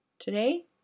Today